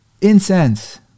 incense